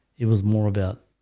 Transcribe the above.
it was more about